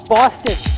Boston